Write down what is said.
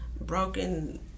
Broken